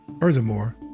Furthermore